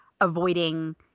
avoiding